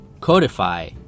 codify